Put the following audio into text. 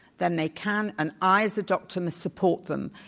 then they can, and i as a doctor must support them.